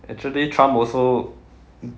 actually trump also